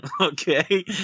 okay